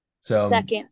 Second